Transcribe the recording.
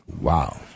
Wow